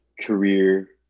career